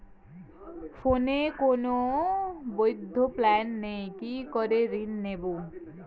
ফোনে কোন বৈধ প্ল্যান নেই কি করে ঋণ নেব?